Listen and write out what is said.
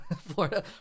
Florida